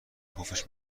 پفش